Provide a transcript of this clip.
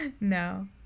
No